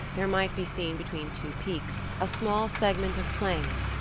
there might be seen between two peaks, a small segment of plain,